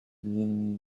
linii